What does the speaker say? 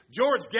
George